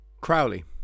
Crowley